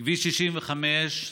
כביש 65,